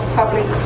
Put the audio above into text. public